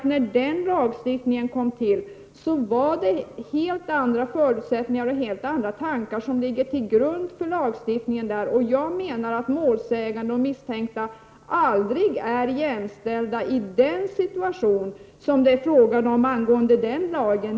När den lagen kom rådde helt andra förutsättningar, och helt andra tankar låg till grund för den. Målsägande och misstänkta är aldrig jämställda i situationer som kan komma i fråga enligt den lagen.